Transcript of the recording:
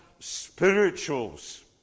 spirituals